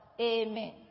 Amen